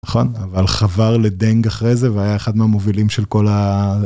נכון אבל חבר לדנג אחרי זה והיה אחד מהמובילים של כל ה.